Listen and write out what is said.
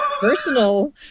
personal